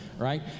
Right